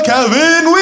Kevin